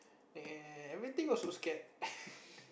eh everything also scared